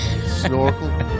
snorkel